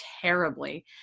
terribly